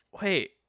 Wait